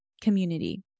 community